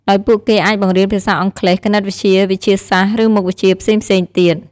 ដោយពួកគេអាចបង្រៀនភាសាអង់គ្លេស គណិតវិទ្យា វិទ្យាសាស្ត្រ ឬមុខវិជ្ជាផ្សេងៗទៀត។